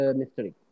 mystery